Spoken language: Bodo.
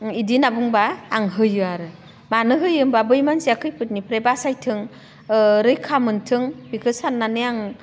इदि होनना बुंब्ला आं होयो आरो मानो होयो होमब्ला बै मानसिया खैफोदनिफ्राय बासायथों रैखा मोनथों बेखो साननानै आं